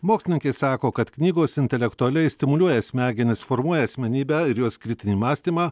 mokslininkai sako kad knygos intelektualiai stimuliuoja smegenis formuoja asmenybę ir kritinį mąstymą